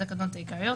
לתקנות העיקריות